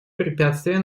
препятствия